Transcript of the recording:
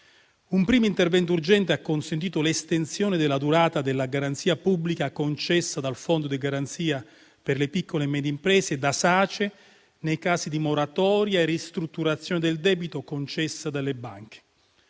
Un primo intervento urgente ha consentito l'estensione della durata della garanzia pubblica concessa dal Fondo di garanzia per le piccole e medie imprese e da SACE nei casi di moratoria e ristrutturazione del debito concessa dalle banche.